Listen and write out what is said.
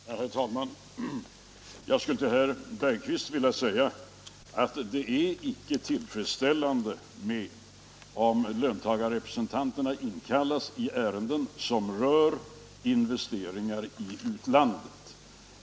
Herr talman! Jag skulle vilja säga till herr Holger Bergqvist i Göteborg att det icke är tillfredsställande att löntagarrepresentanterna endast inkallas vid behandlingen av ärenden som rör investeringar i utlandet.